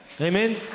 Amen